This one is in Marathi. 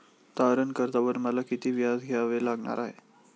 तारण कर्जावर मला किती व्याज द्यावे लागणार आहे?